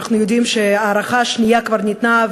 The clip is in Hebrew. אנחנו יודעים שההארכה השנייה כבר ניתנה,